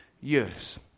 years